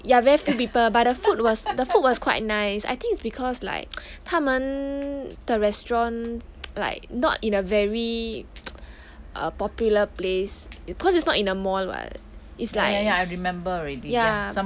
ya very few people but the food was the food was quite nice I think it's because like 他们 the restaurant like not in a very a popular place cause it's not in a mall [what] it's like ya